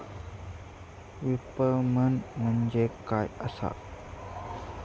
विपणन म्हणजे काय असा?